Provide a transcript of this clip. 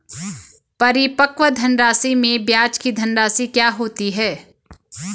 परिपक्व धनराशि में ब्याज की धनराशि क्या होती है?